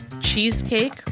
cheesecake